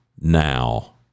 now